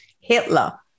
Hitler